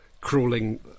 crawling